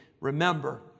remember